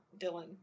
dylan